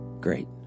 Great